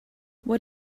what